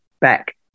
back